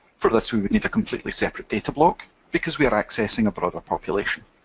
for this we would need a completely separate datablock because we are accessing a broader population.